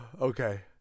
Okay